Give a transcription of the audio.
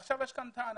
עכשיו יש כאן טענה.